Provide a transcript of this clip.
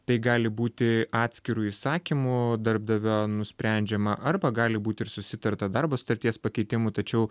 tai gali būti atskiru įsakymu darbdavio nusprendžiama arba gali būti ir susitarta darbo sutarties pakeitimu tačiau